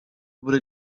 wurde